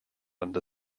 under